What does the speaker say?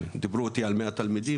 דיברו איתי על מעל 100 תלמידים?